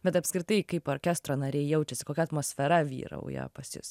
bet apskritai kaip orkestro nariai jaučiasi kokia atmosfera vyrauja pas jus